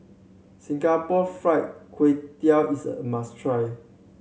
Singapore Fried Kway Tiao is a must try